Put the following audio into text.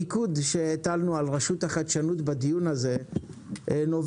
המיקוד שהטלנו על רשות החדשנות בדיון הזה נובע